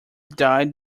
died